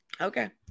okay